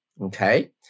Okay